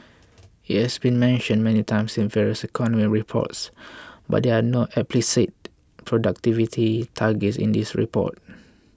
it has been mentioned many times in various economic reports but there are no explicit productivity targets in this report